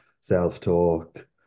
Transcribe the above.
self-talk